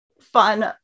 fun